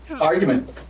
argument